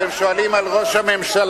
אתם שואלים על ראש הממשלה.